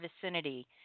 vicinity